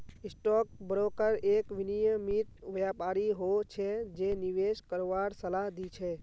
stock broker एक विनियमित व्यापारी हो छै जे निवेश करवार सलाह दी छै